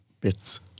bits